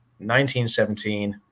1917